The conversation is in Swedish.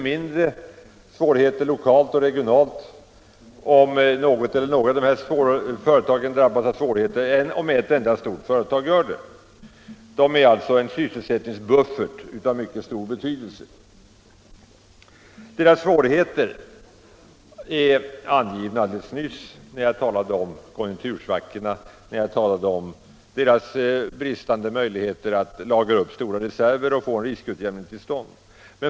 Följderna lokalt och regionalt blir mindre om något av de små företagen drabbas av svårigheter än om ett enda stort företag gör det. De är alltså en sysselsättningsbuffert av stor vikt. De små företagens svårigheter framkom alldeles nyss när jag talade om konjunktursvackorna samt dessa företags bristande möjligheter att lagra upp stora reserver och få en riskutjämning till stånd.